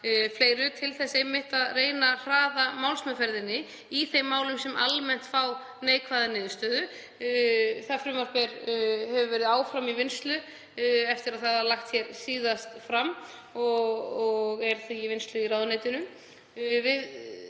o.fl., til þess einmitt að reyna að hraða málsmeðferðinni í þeim málum sem almennt fá neikvæða niðurstöðu. Það frumvarp hefur verið áfram í vinnslu eftir að það var lagt síðast fram og er í vinnslu í ráðuneytinu.